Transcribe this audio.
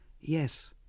Yes